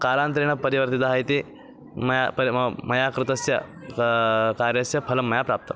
कालान्तरेण परिवर्तितः इति मया प मया कृतस्य कार्यस्य फलं मया प्राप्तम्